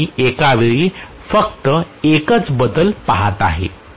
म्हणून मी एका वेळी फक्त एकच बदल पाहत आहे